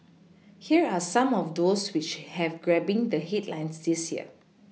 here are some of those which have grabbing the headlines this year